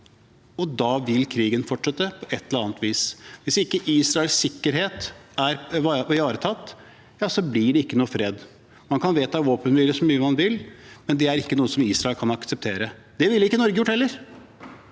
da vil krigen fortsette på et eller annet vis. Hvis ikke Israels sikkerhet er ivaretatt, blir det ikke noen fred. Man kan vedta våpenhvile så mye man vil, men det er ikke noe Israel kan akseptere. Det ville ikke Norge gjort heller,